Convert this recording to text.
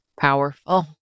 Powerful